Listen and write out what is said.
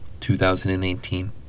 2018